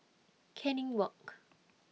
Canning Walk